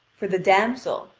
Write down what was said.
for the damsel,